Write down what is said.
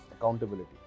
Accountability